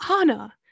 Anna